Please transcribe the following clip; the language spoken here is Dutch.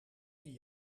die